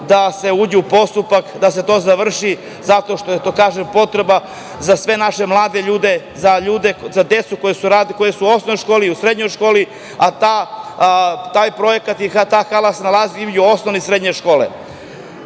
da se uđe u postupak, da se to završi, zato što je to potreba za sve naše mlade ljude, za decu koja su u osnovnoj školi i u srednjoj školi, a taj projekat i ta hala se nazali između osnovne i srednje škole.